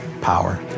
power